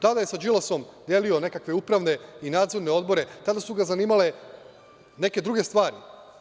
Tada je sa Đilasom delio nekakve upravne i nadzorne odbore, tada su ga zanimale neke druge stvari.